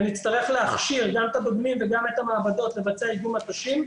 ונצטרך להכשיר גם את הדוגמים וגם את המעבדות לבצע איגום מטושים.